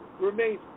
remains